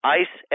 ice